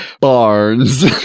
Barnes